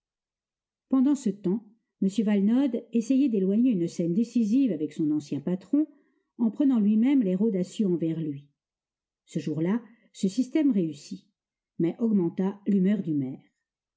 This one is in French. pendant ce temps m valenod essayait d'éloigner une scène décisive avec son ancien patron en prenant lui-même l'air audacieux envers lui ce jour-là ce système réussit mais augmenta l'humeur du maire